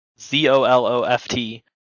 Z-O-L-O-F-T